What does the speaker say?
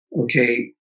okay